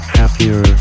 happier